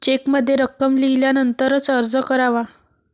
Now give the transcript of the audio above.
चेकमध्ये रक्कम लिहिल्यानंतरच अर्ज करावा